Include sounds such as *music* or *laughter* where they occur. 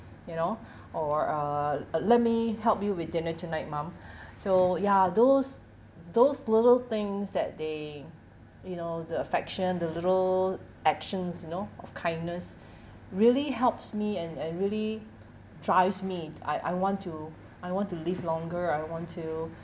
you know *breath* or uh uh let me help you with dinner tonight mum *breath* so ya those those little things that they you know the affection the little actions you know of kindness *breath* really helps me and and really drives me I I want to I want to live longer I want to